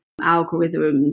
algorithms